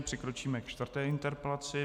Přikročíme ke čtvrté interpelaci.